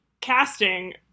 casting